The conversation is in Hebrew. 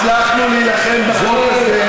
הצלחנו להילחם בחוק הזה,